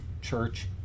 church